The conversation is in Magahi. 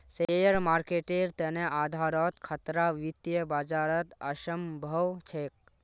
शेयर मार्केटेर तने आधारोत खतरा वित्तीय बाजारत असम्भव छेक